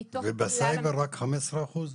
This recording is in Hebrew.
ובסייבר רק 15%?